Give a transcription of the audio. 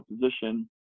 position